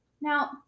Now